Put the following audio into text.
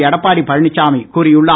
எடப்பாடி பழனிச்சாமி கூறியுள்ளார்